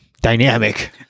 dynamic